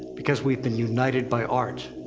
because we've been united by art.